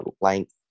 length